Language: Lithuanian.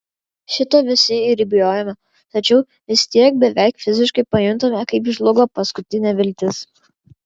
šito visi ir bijojome tačiau vis tiek beveik fiziškai pajuntame kaip žlugo paskutinė viltis